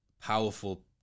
powerful